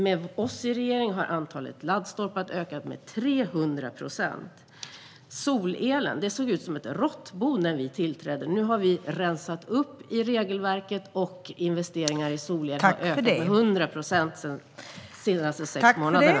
Med Miljöpartiet i regeringen har antalet laddstolpar ökat med 300 procent. Solelen såg ut som ett råttbo när vi tillträdde. Nu har vi rensat upp i regelverket, och investeringarna i solel har ökat med 100 procent under de senaste sex månaderna.